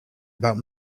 about